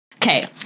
Okay